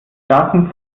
starken